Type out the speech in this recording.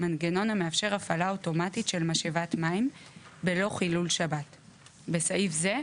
מנגנון המאפשר הפעלה אוטומטית של משאבת מים בלא חילול שבת (בסעיף זה,